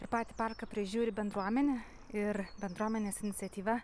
ir patį parką prižiūri bendruomenė ir bendruomenės iniciatyva